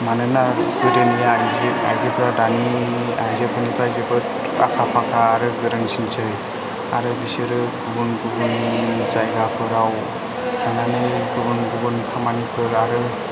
मानोना गोदोनि आइजोफोरा दानि आइजोफोरनिफ्राय जोबोद आखा फाखा आरो गोरोंसिनसै आरो बिसोरो गुबुन गुबुन जायगाफोराव थांनानै गुबुन गुबुन खामानिफोर आरो